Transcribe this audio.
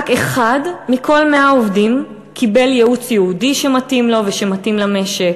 רק אחד מכל 100 עובדים קיבל ייעוץ ייעודי שמתאים לו ושמתאים למשק,